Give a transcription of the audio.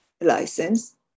license